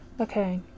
Okay